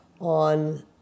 on